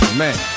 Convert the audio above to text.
man